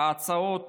הצעות